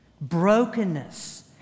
Brokenness